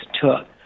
took